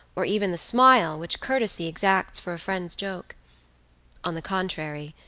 or even the smile, which courtesy exacts for friend's joke on the contrary,